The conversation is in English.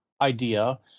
idea